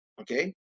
Okay